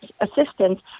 assistance